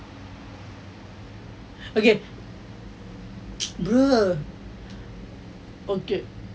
okay brother okay